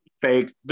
Fake